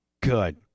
Good